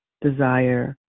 desire